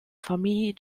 famille